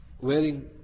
wearing